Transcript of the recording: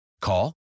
Call